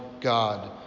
God